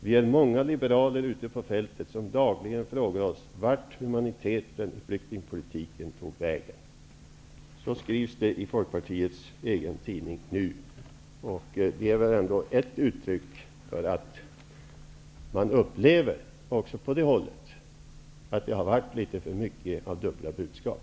Vi är många liberaler ute på fältet som dagligen frågar oss vart humaniteten i flyktingpolitiken tog vägen.'' Så skrivs det i Folkpartiets egen tidning Nu. Det är väl ändå ett uttryck för att man upplever, också på det hållet, att det har förekommit litet för många dubbla budskap.